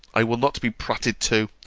i will not be prated to!